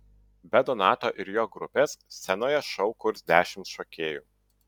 be donato ir jo grupės scenoje šou kurs dešimt šokėjų